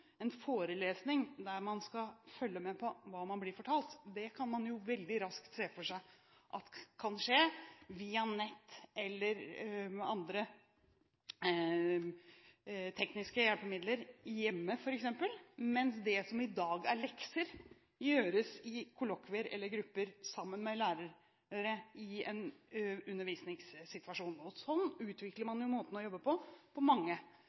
en forelesning der man skal følge med på hva man blir fortalt, kan man veldig raskt se for seg at dette kan skje via nett eller med andre tekniske hjelpemidler hjemme, mens det som i dag er lekser, gjøres i kollokviegrupper sammen med lærere i en undervisningssituasjon. Og sånn utvikler man jo måten å jobbe på på mange